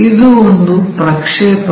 ಇದು ಒಂದು ಪ್ರಕ್ಷೇಪಗಳು